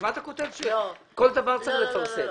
לשם מה אתה כותב שכל דבר צריך לפרסם?